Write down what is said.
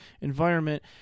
environment